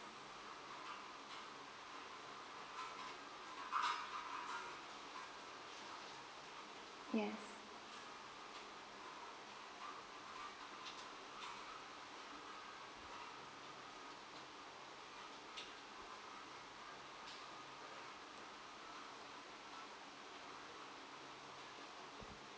yeah